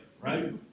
right